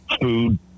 food